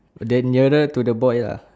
then nearer to the boy lah